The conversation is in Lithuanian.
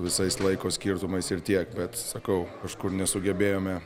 visais laiko skirtumais ir tiek bet sakau kažkur nesugebėjome